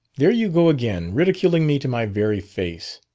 there you go again! ridiculing me to my very face!